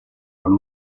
con